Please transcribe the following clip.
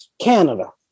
Canada